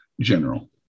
general